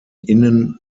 innen